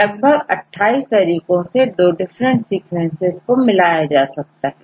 लगभग 28 अलग अलग तरीकों से 2 डिफरेंट सीक्वेंस को मिलाया जा सकता है